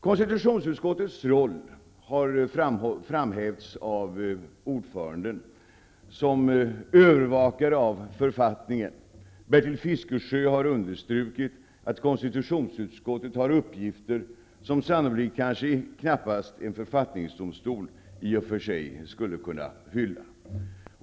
Konstitutionsutskottets roll som övervakare av författningen har framhävts av ordföranden. Bertil Fiskesjö har understrukit att konstitutionsutskottet har uppgifter som en författningsdomstol i och för sig knappast skulle kunna hylla.